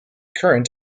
current